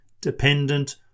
dependent